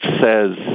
says